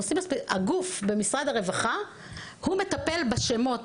הגוף במשרד הרווחה מטפל בשמות,